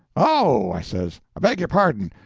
oh, i says, i beg your pardon.